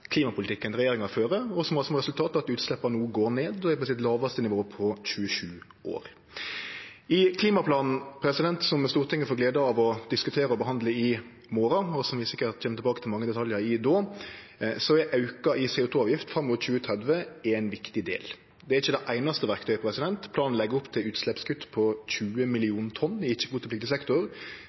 klimapolitikken regjeringa fører, og som har som resultat at utsleppa no går ned og er på sitt lågaste nivå på 27 år. I klimaplanen som Stortinget får gleda av å diskutere og behandle i morgon, og som vi sikkert kjem tilbake til mange detaljar i då, er auka i CO 2 -avgift fram mot 2030 ein viktig del. Det er ikkje det einaste verktøyet. Planen legg opp til utsleppskutt på 20 millionar tonn i ikkje-kvotepliktig sektor,